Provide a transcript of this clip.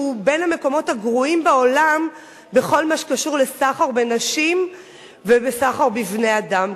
שהוא בין המקומות הגרועים בעולם בכל מה שקשור לסחר בנשים וסחר בבני-אדם,